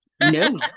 no